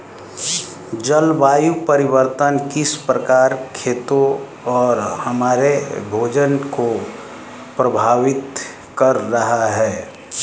जलवायु परिवर्तन किस प्रकार खेतों और हमारे भोजन को प्रभावित कर रहा है?